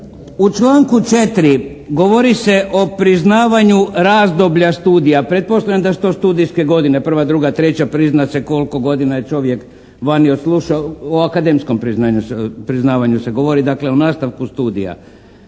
U članku 4. govori se o priznavanju razdoblja studija. Pretpostavljam da su to studijske godine, prva, druga, treća priznat se koliko je godina čovjek vani odslušao, o akademskog priznavanju se govori, dakle o nastavku studija.